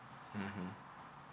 mmhmm